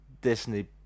Disney